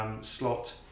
Slot